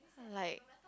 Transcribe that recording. like